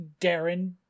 Darren